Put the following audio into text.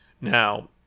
now